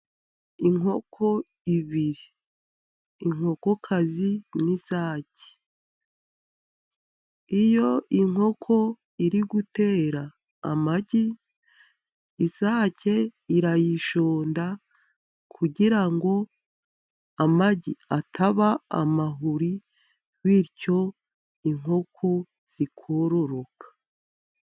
Inkoko ibiri inkokokazi n'isake , iyo inkoko iri gutera amagi isake irayishonda , kugira ngo amagi ataba amahuri , bityo inkoko zikororoka.